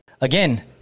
Again